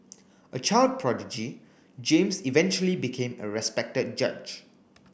a child prodigy James eventually became a respected judge